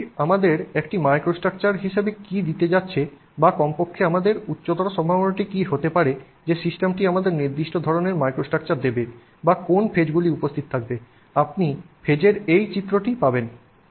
সিস্টেমটি আমাদের একটি মাইক্রোস্ট্রাকচার হিসাবে কী দিতে যাচ্ছে বা কমপক্ষে আমাদের উচ্চতর সম্ভাবনাটি কী হতে পারে যে সিস্টেমটি আমাদের নির্দিষ্ট ধরণের মাইক্রো স্ট্রাকচার দেবে বা কোন ফেজগুলি উপস্থিত থাকবে আপনি ফেজের এই চিত্রটিই পাবেন